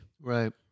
Right